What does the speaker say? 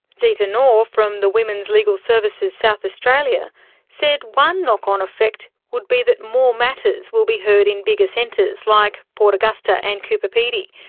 zita ngor from the women's legal services south australia said one knock-on effect would be that more matters will be heard in bigger centres like port augusta and coober pedy,